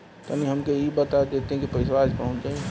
तनि हमके इ बता देती की पइसवा आज पहुँच जाई?